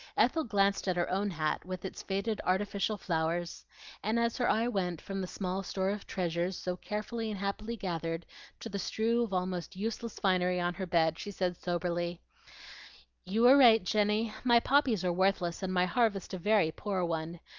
ethel glanced at her own hat with its faded artificial flowers and as her eye went from the small store of treasures so carefully and happily gathered to the strew of almost useless finery on her bed, she said soberly you were right, jenny. my poppies are worthless, and my harvest a very poor one.